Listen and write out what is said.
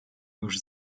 już